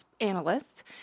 analysts